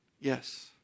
Yes